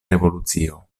revolucio